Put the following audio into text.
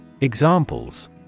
Examples